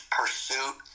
pursuit